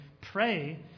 pray